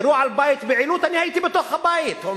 ירו על בית בעילוט, אני הייתי בתוך הבית.